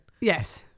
yes